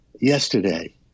yesterday